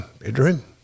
bedroom